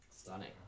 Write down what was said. Stunning